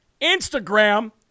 instagram